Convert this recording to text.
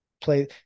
play